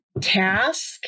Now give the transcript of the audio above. task